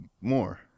more